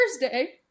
thursday